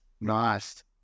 Nice